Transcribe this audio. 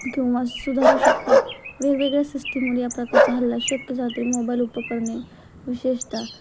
किंवा सुधारू शकतात वेगवेगळ्या सिस्टीमवर या प्रकारचा हल्ला शक्य मोबाईल उपकरणे विशेषत